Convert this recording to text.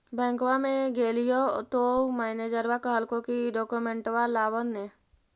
बैंकवा मे गेलिओ तौ मैनेजरवा कहलको कि डोकमेनटवा लाव ने?